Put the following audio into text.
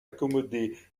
accommoder